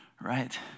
Right